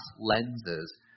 lenses